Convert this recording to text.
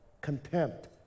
Contempt